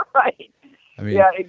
right i mean yeah,